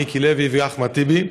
מיקי לוי ואחמד טיבי.